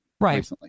Right